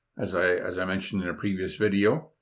as i as i mentioned in a previous video,